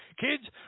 kids